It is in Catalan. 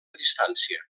distància